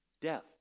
Death